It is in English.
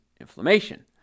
inflammation